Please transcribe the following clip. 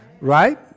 Right